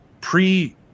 pre